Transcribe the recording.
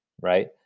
right